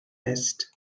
heißt